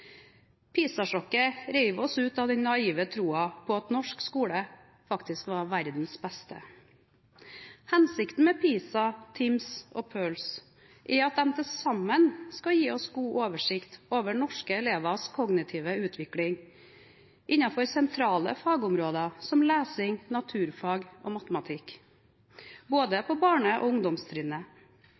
oss ut av den naive troen på at norsk skole faktisk var verdens beste. Hensikten med PISA, TIMSS og PIRLS er at de til sammen skal gi oss god oversikt over norske elevers kognitive utvikling innenfor sentrale fagområder som lesing, naturfag og matematikk på både barne- og ungdomstrinnet.